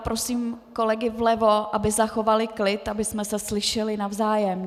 Prosím kolegy vlevo, aby zachovali klid, abychom se slyšeli navzájem.